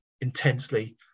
intensely